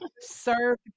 serve